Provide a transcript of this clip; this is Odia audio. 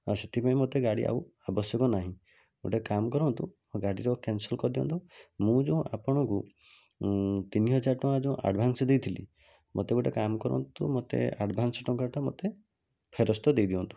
ଆଉ ସେଥିପାଇଁ ମୋତେ ଗାଡ଼ି ଆଉ ଆବଶ୍ୟକ ନାହିଁ ଗୋଟେ କାମ କରନ୍ତୁ ମୋ ଗାଡ଼ି କ୍ୟାନସଲ୍ କରିଦିଅନ୍ତୁ ମୁଁ ଯେଉଁ ଆପଣଙ୍କୁ ତିନି ହଜାର ଟଙ୍କା ଯେଉଁ ଆଡ଼ଭାନ୍ସ ଦେଇଥିଲି ମୋତେ ଗୋଟେ କାମ କରନ୍ତୁ ମୋତେ ଆଡ଼ଭାନ୍ସ ଟଙ୍କାଟା ମୋତେ ଫେରସ୍ତ ଦେଇଦିଅନ୍ତୁ